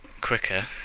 quicker